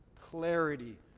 clarity